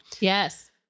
Yes